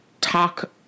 talk